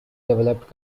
developed